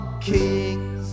kings